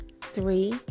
Three